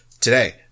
Today